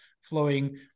flowing